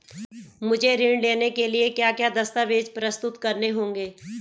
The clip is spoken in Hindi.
मुझे ऋण लेने के लिए क्या क्या दस्तावेज़ प्रस्तुत करने होंगे?